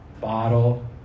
bottle